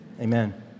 Amen